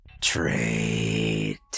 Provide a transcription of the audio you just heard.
trade